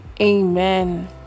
Amen